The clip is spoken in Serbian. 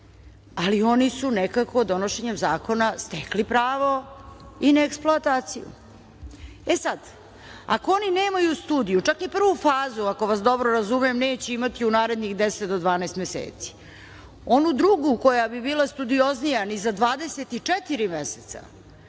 ali oni su nekako donošenjem zakona stekli pravo i na eksploataciju. E, sad, ako oni nemaju studiju, čak ni prvu fazu, ako vas dobro razumem, neće imati u narednih 10 do 12 meseci, onu drugu koja bi bila studioznija ni za 24 meseca,